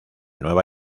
nueva